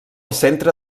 centre